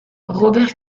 robert